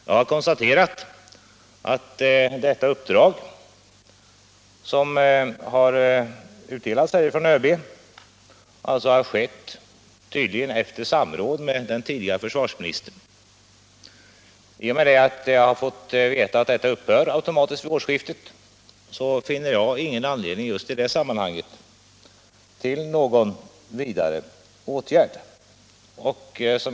Jag har konstaterat att detta uppdrag tydligen utdelats från ÖB efter samråd med den tidigare försvarsministern. I och med att jag har fått veta att uppdraget automatiskt upphör vid årsskiftet, finner jag ingen anledning vidta någon vidare åtgärd.